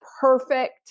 perfect